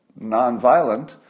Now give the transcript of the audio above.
nonviolent